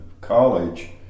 college